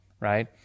right